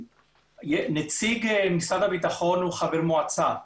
נציג משרד הביטחון הוא חבר מועצה,